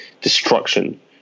destruction